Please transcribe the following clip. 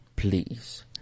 Please